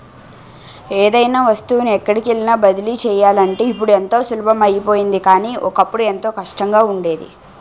ఏదైనా వస్తువుని ఎక్కడికైన బదిలీ చెయ్యాలంటే ఇప్పుడు ఎంతో సులభం అయిపోయింది కానీ, ఒకప్పుడు ఎంతో కష్టంగా ఉండేది